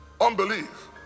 Unbelief